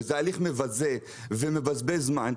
וזה הליך מבזה ומבזבז זמן,